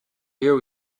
year